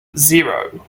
zero